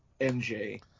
MJ